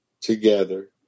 together